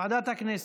ועדת הכנסת.